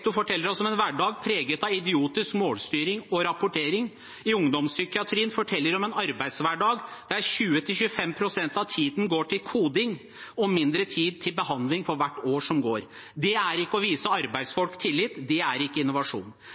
en hverdag preget av idiotisk målstyring og rapportering. I ungdomspsykiatrien forteller de om en arbeidshverdag der 20–25 pst. av tiden går med til koding, og der det blir mindre tid til behandling for hvert år som går. Det er ikke å vise arbeidsfolk tillit, det er ikke innovasjon.